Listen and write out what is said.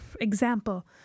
example